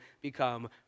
become